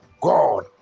god